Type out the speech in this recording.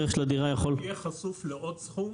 הערך של הדירה יכול --- אם תהיה חשוף לעוד סכום?